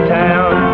town